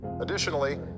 Additionally